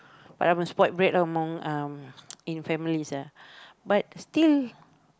but I'm a spoiled brat among in family lah but still